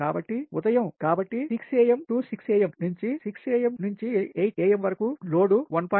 కాబట్టి 6 am6 am నుంచి 8 am వరకు లోడ్ 1